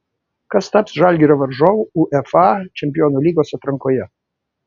kas taps žalgirio varžovu uefa čempionų lygos atrankoje